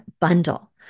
bundle